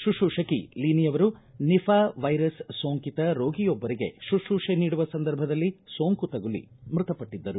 ಶುಶ್ರೂಷಕಿ ಲೀನಿ ಅವರು Nipah virus ಸೋಂಕಿತ ರೋಗಿಯೊಬ್ಬರಿಗೆ ಶುತ್ರೂಷೆ ನೀಡುವ ಸಂದರ್ಭದಲ್ಲಿ ಸೋಂಕು ತಗುಲಿ ಮೃತಪಟ್ಟದ್ದರು